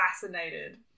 fascinated